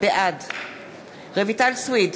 בעד רויטל סויד,